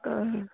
आं